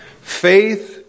faith